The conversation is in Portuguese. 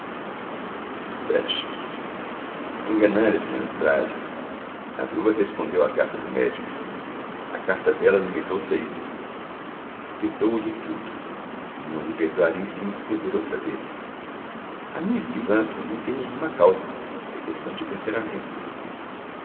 vii enganara se andrade a viúva respondeu à carta do médico a carta dela limitou-se a isto perdôo lhe tudo não lhe perdoarei se me escrever outra vez a minha esquivança não tem nenhuma causa é questão de temperamento